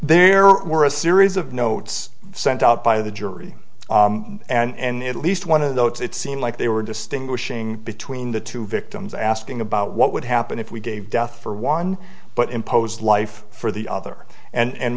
there were a series of notes sent out by the jury and at least one of those it seemed like they were distinguishing between the two victims asking about what would happen if we gave death for one but imposed life for the other and